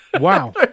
Wow